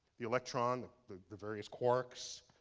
the electron, the the various quarks,